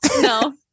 No